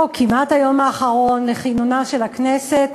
או כמעט היום האחרון לכינונה של הכנסת,